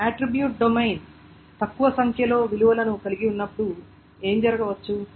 attribute domain తక్కువ సంఖ్యలో విలువలను కలిగి ఉన్నప్పుడు ఏమి జరగవచ్చు